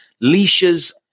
leashes